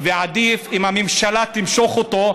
ועדיף אם הממשלה תמשוך אותו,